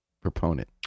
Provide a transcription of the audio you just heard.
proponent